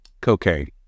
Cocaine